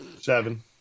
Seven